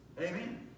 Amen